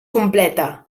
completa